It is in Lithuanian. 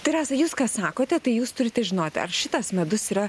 tai rasa jūs ką sakote tai jūs turite žinoti ar šitas medus yra